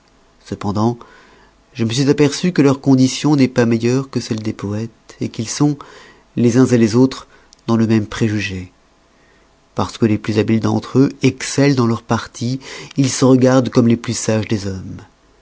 cependant je me suis aperçu que leur condition n'est pas meilleure que celle des poètes qu'ils sont les uns les autres dans le même préjugé parce que les plus habiles d'entre eux excellent dans leur partie ils se regardent comme les plus sages des hommes